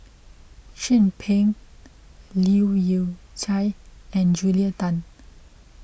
Chin Peng Leu Yew Chye and Julia Tan